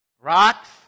rocks